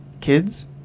kids